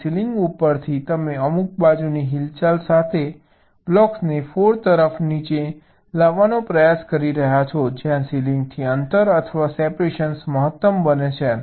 તેથી સીલિંગ ઉપરથી તમે અમુક બાજુની હિલચાલ સાથે બ્લોક્સને ફ્લોર તરફ નીચે લાવવાનો પ્રયાસ કરી રહ્યાં છો જ્યાં સીલિંગથી અંતર અથવા સેપરેશન મહત્તમ બને છે